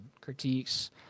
critiques